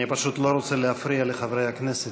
אני פשוט לא רוצה להפריע לחברי הכנסת.